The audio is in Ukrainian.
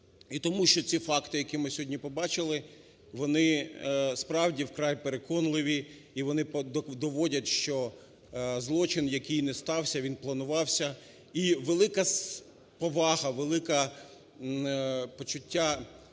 І тому що ці факти, які ми сьогодні побачили, вони справді вкрай переконливі, і вони доводять, що злочин який не стався, він планувався. І велика повага, велике почуття